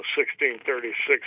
1636